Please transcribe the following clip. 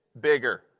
Bigger